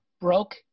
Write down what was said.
broke